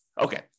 Okay